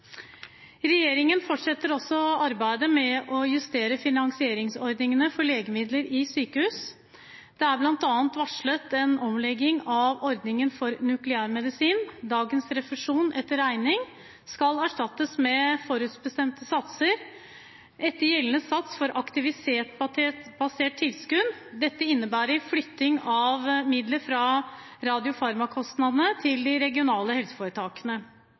Regjeringen fortsetter også arbeidet med å justere finansieringsordningene for legemidler i sykehus. Det er bl.a. varslet en omlegging av ordningen for nukleærmedisin. Dagens refusjon etter regning skal erstattes med forutbestemte satser etter gjeldende sats for aktivitetsbasert tilskudd. Dette innebærer flytting av midler fra radiofarmakostnadene til de regionale